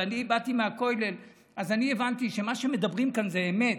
ואני באתי מהכולל אז הבנתי שמה שמדברים כאן זה אמת,